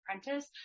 apprentice